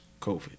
COVID